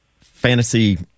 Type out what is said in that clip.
fantasy